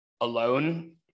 alone